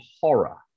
horror